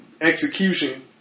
execution